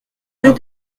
rue